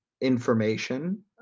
information